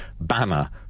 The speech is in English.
banner